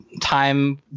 time